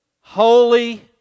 holy